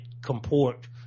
comport